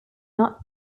not